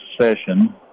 session